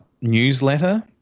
newsletter